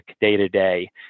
day-to-day